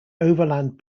overland